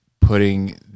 putting